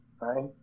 right